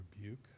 rebuke